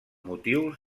motius